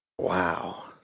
wow